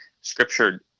Scripture